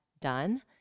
done